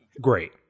great